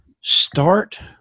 start